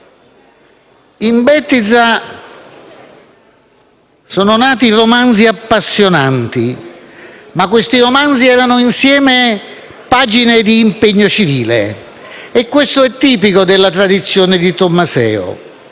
In Bettiza sono nati romanzi appassionanti, che erano insieme pagine di impegno civile, come è tipico della tradizione di Tommaseo